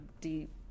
deep